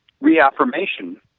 reaffirmation